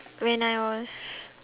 when I was